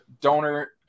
donor